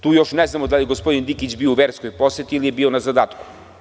Tu još ne znamo da li je gospodin Dinkić bio u verskoj poseti ili je bio na zadatku.